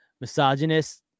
misogynist